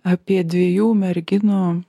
apie dviejų merginų